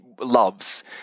loves